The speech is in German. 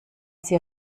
sie